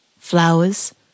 flowers